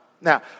Now